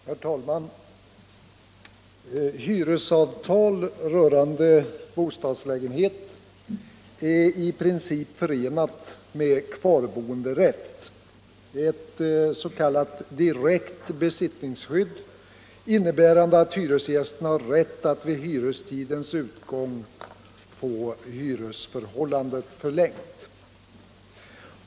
Herr talman! Hyresavtal rörande bostadslägenhet är i princip förenat med kvarboenderätt, ett s.k. direkt besittningsskydd, innebärande att hyresgästen har rätt att vid hyrestidens utgång få hyresförhållandet förlängt.